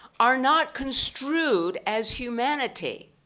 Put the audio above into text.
are not construed as humanity.